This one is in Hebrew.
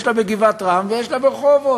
יש לה בגבעת-רם ויש לה ברחובות.